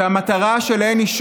והמטרה שלהן היא,